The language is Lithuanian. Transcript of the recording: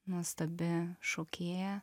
nuostabi šokėja